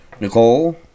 Nicole